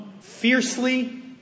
Fiercely